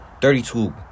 Thirty-two